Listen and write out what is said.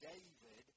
David